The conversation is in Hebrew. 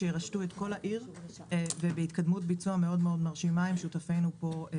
אשמח לעזרתכם בפנייה חד-משמעית לראש הממשלה שמקבל את תפיסתנו באופן